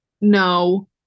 No